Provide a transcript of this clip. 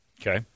Okay